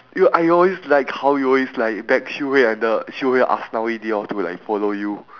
ya I always like how you always like beg xiu-hui and the xiu-hui and aslawi they all to like follow you